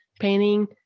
painting